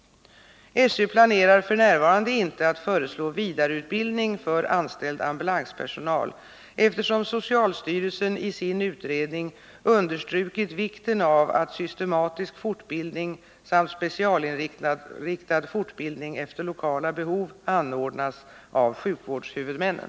SÖ planerar f. n. inte att föreslå vidareutbildning för anställd ambulanspersonal, eftersom socialstyrelsen i sin utredning understrukit vikten av att systematisk fortbildning samt specialinriktad fortbildning efter lokala behov anordnas av sjukvårdshuvudmännen.